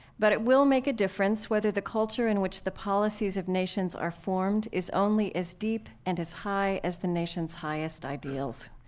but it will make a difference whether the culture in which the policies of nations are formed is only as deep and as high as the nation's highest ideals,